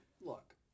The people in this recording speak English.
Look